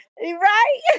Right